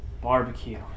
barbecue